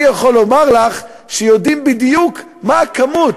אני יכול לומר לך שיודעים בדיוק מה הכמות.